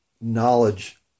knowledge